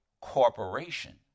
corporation